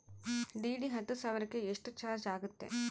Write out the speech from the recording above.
DD ಹತ್ತು ಸಾವಿರಕ್ಕೆ ಎಷ್ಟು ಚಾಜ್೯ ಆಗತ್ತೆ?